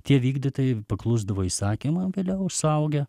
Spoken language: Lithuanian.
tie vykdytojai paklusdavo įsakymam vėliau suaugę